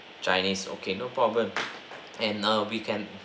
chinese okay no problem and now we can